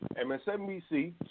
MSNBC